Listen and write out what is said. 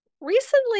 recently